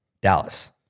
Dallas